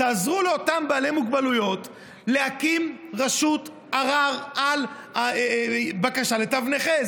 תעזרו לאותם בעלי מוגבלויות להקים רשות ערר על הבקשה לתו נכה,